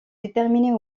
déterminée